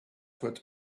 what